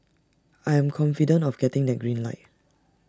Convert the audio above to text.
I am confident of getting that green light